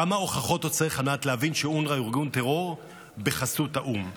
כמה הוכחות עוד צריך על מנת להבין שאונר"א הוא ארגון טרור בחסות האו"ם?